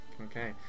Okay